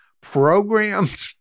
programmed